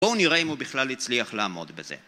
בואו נראה אם הוא בכלל הצליח לעמוד בזה